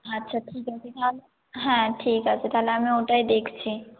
আচ্ছা ঠিক আছে তাহলে হ্যাঁ ঠিক আছে তাহলে আমি ওটাই দেখছি